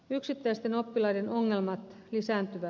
yksittäisten oppilaiden ongelmat lisääntyvät